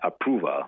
approval